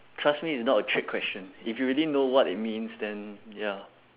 trust me it's not a trick question if you really know what it means then ya